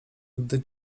gdy